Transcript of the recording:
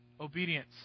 obedience